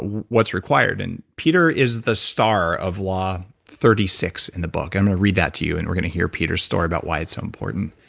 what's required. and peter is the star of law thirty six in the book and i'm gonna read that to you, and we're gonna hear peter's story about why it's so important.